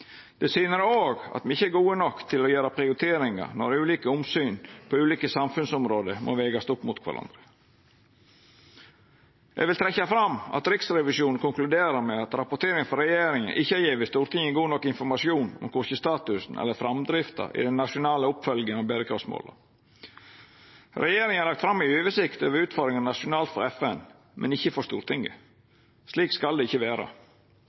Det syner òg at me ikkje er gode nok til å gjera prioriteringar når ulike omsyn på ulike samfunnsområde må vegast opp mot kvarandre. Eg vil trekkja fram at Riksrevisjonen konkluderer med at rapporteringa frå regjeringa ikkje har gjeve Stortinget god nok informasjon om korkje statusen eller framdrifta i den nasjonale oppfølginga av berekraftsmåla. Regjeringa har lagt fram ei oversikt over utfordringane nasjonalt for FN, men ikkje for Stortinget. Slik skal det ikkje vera.